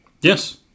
Yes